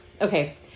Okay